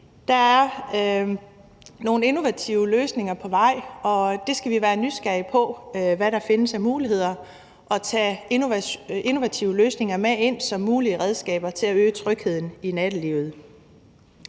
Der er nogle innovative løsninger på vej, og vi skal være nysgerrige på, hvad der findes af muligheder, og vi skal tage innovative løsninger med ind som mulige redskaber til at øge trygheden i nattelivet.